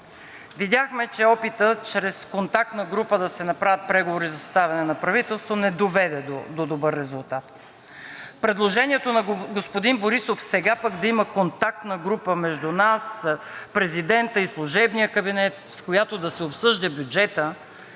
Видяхме, че опитът чрез контактна група да се направят преговори за съставяне на правителство не доведе до добър резултат. Предложението на господин Борисов сега пък да има контактна група между нас, президента и служебния кабинет, в която да се обсъжда бюджетът,